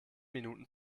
minuten